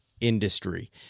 industry